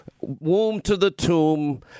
womb-to-the-tomb